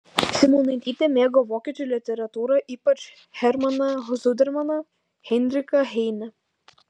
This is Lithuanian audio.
simonaitytė mėgo vokiečių literatūrą ypač hermaną zudermaną heinrichą heinę